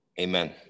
Amen